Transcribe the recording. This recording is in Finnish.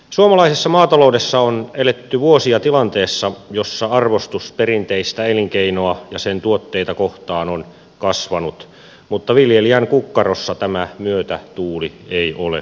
suomalaisessa maataloudessa on eletty vuosia tilanteessa jossa arvostus perinteistä elinkeinoa ja sen tuotteita kohtaan on kasvanut mutta viljelijän kukkarossa tämä myötätuuli ei ole näkynyt